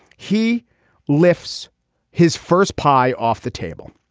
he lifts his first pie off the table.